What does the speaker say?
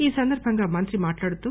ఈ సందర్బంగా మంత్రి మాట్లాడారు